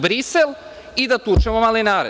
Brisel i da tučemo malinare.